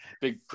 Big